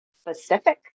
specific